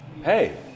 Hey